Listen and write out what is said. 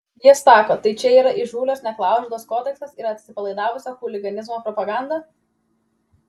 jis sako tai čia yra įžūlios neklaužados kodeksas ir atsipalaidavusio chuliganizmo propaganda